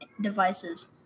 devices